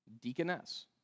Deaconess